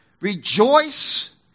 rejoice